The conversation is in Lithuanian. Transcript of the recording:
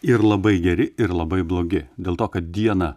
ir labai geri ir labai blogi dėl to kad dieną